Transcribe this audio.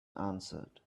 answered